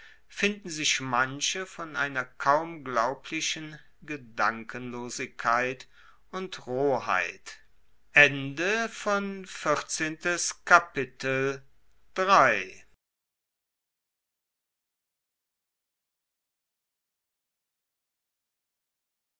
finden sich manche von einer kaum glaublichen gedankenlosigkeit und roheit